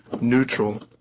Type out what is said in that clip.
neutral